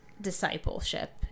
discipleship